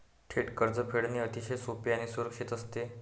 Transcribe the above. थेट कर्ज फेडणे अतिशय सोपे आणि सुरक्षित असते